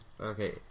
Okay